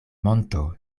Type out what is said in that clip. monto